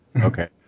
Okay